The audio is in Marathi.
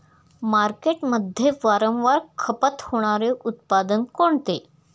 मार्केटमध्ये वारंवार खपत होणारे उत्पादन कोणते?